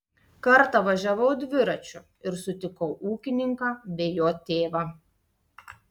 kartą važiavau dviračiu ir sutikau ūkininką bei jo tėvą